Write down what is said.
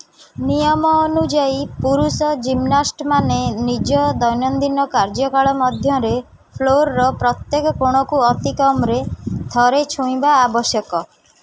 ନିୟମ ଅନୁଯାୟୀ ପୁରୁଷ ଜିମ୍ନାଷ୍ଟମାନେ ନିଜ ଦୈନନ୍ଦିନ କାର୍ଯ୍ୟକାଳ ମଧ୍ୟରେ ଫ୍ଲୋର୍ର ପ୍ରତ୍ୟେକ କୋଣକୁ ଅତି କମ୍ରେ ଥରେ ଛୁଇଁବା ଆବଶ୍ୟକ